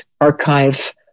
archive